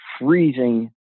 freezing